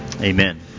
Amen